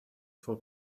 for